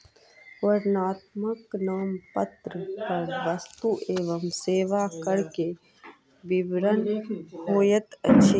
वर्णनात्मक नामपत्र पर वस्तु एवं सेवा कर के विवरण होइत अछि